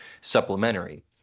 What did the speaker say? supplementary